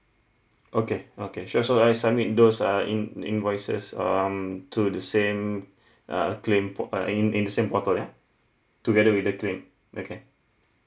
okay okay sure so I I submit those uh in invoices um to the same uh claim port uh in in the same portal ya together with the claim okay